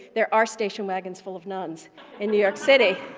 there are station wagons full of nuns in new york city.